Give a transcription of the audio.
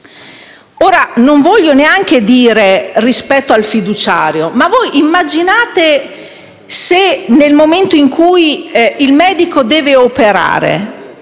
Ora, non voglio neanche dire rispetto al fiduciario, ma voi immaginate: se, nel momento in cui il medico deve operare,